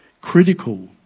critical